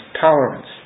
tolerance